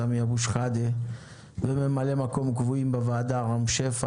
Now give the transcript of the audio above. סמי אבו שחאדה וממלאי מקום קבועים בוועדה רם שפע,